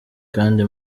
kandi